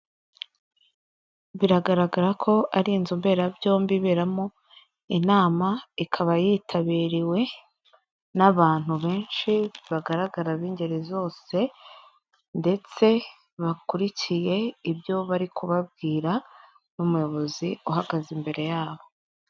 Biragaragara ko ari inzu mberabyombi iberamo inama, ikaba yitabiriwe n'abantu benshi bagaragara b'ingeri zose, ndetse bakurikiye ibyo bari kubabwira, n'umuyobozi uhagaze imbere yabo.